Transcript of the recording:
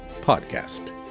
podcast